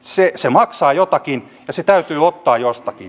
se maksaa jotakin ja se täytyy ottaa jostakin